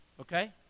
okay